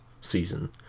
season